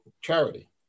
charity